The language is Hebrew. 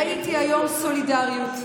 ראיתי היום סולידריות.